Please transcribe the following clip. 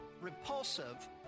repulsive